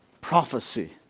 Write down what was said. prophecy